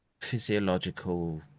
physiological